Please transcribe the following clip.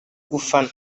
gufana